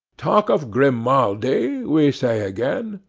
talk of grimaldi, we say again!